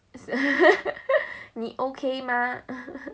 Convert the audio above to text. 你 okay 吗